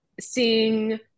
seeing